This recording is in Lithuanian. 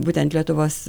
būtent lietuvos